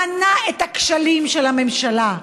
מנה את הכשלים של הממשלה,